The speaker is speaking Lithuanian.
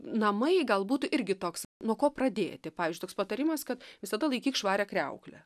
namai gal būtų irgi toks nuo ko pradėti pavyzdžiui toks patarimas kad visada laikyk švarią kriauklę